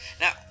Now